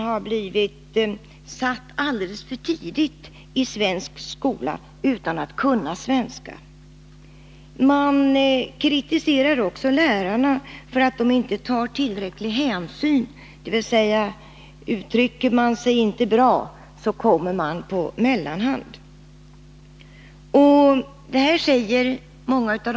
De säger också att de alldeles för tidigt, utan att kunna svenska, har blivit satta i svensk skola. Lärarna kritiseras för att de inte tar tillräcklig hänsyn. Uttrycker man sig inte bra, så blir man satt på mellanhand, sägs det bl.a. i undersökningen.